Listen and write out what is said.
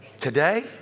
Today